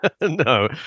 No